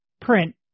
print